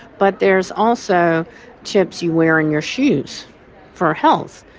but there's also chips you wear in your shoes for health.